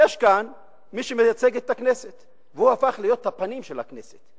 יש כאן מי שמייצג את הכנסת והוא הפך להיות הפנים של הכנסת,